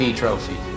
trophy